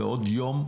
בעוד יום,